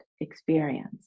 experience